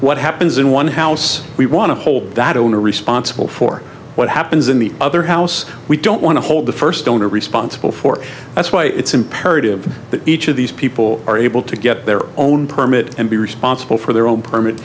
what happens in one house we want to hold that owner responsible for what happens in the other house we don't want to hold the first owner responsible for that's why it's imperative that each of these people are able to get their own permit and be responsible for their own permit